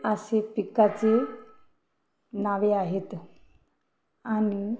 अशी पिकांची नावे आहेत आणि